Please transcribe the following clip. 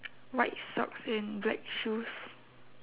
white socks and black shoes